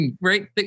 Right